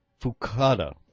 Fukada